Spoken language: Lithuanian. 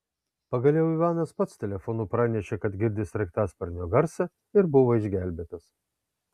pagaliau ivanas pats telefonu pranešė kad girdi sraigtasparnio garsą ir buvo išgelbėtas